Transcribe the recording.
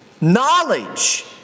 knowledge